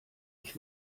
ich